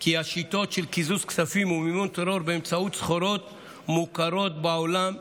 כי השיטות של קיזוז כספים ומימון טרור באמצעות סחורות מוכרות בעולם,